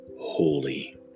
holy